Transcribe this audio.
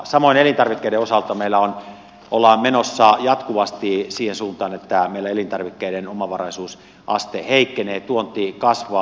samoin elintarvikkeiden osalta meillä ollaan menossa jatkuvasti siihen suuntaan että meillä elintarvikkeiden omavaraisuusaste heikkenee tuonti kasvaa